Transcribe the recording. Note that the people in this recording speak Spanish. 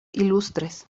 ilustres